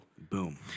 Boom